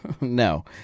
No